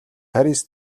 парис